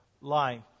life